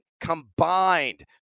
combined